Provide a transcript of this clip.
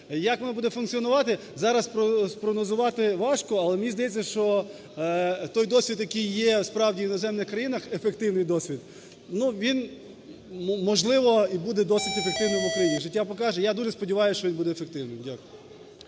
Як воно буде функціонувати, зараз спрогнозувати важко. Але мені здається, що той досвід, який є, справді, в іноземних країнах, ефективний досвід, ну, він можливо і буде досить ефективним в Україні. Життя покаже. Я дуже сподіваюся, що він буде ефективним. Дякую.